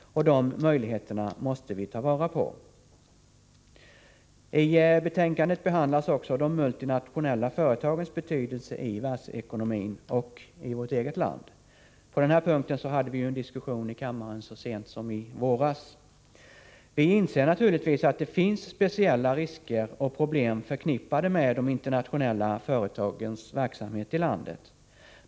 De möjligheterna måste vi ta vara på. I betänkandet behandlas också de multinationella företagens betydelse i världsekonomin och i vårt eget land. På den här punkten hade vi en diskussion i kammaren så sent som i våras. Vi inser naturligtvis att det finns speciella risker och problem förknippade med de internationella företagens verksamhet i landet.